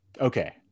okay